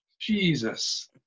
Jesus